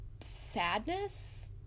sadness